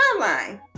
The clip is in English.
timeline